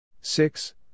Six